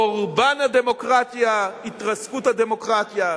חורבן הדמוקרטיה, התרסקות הדמוקרטיה.